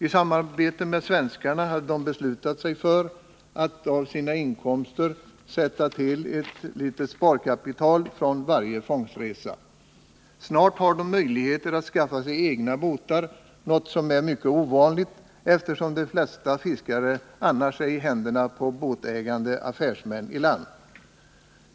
I samarbete med svenskarna hade de beslutat sig för att av sina inkomster från varje fångstresa skjuta till ett litet sparkapital. Snart har de möjligheter att skaffa sig egna båtar, och det är mycket ovanligt eftersom de flesta fiskare normalt är i händerna på båtägande affärsmän på land.